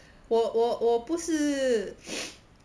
我我我不是